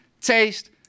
taste